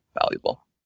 valuable